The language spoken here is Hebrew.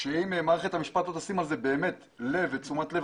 ואם מערכת המשפט לא תיתן לזה תשומת לב